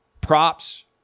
props